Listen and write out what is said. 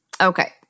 Okay